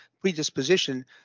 predisposition